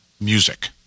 music